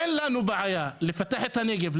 אין לנו בעיה לפתח את הנגב,